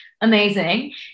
amazing